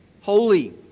holy